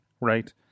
right